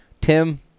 Tim